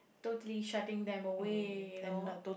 totally shutting them away you know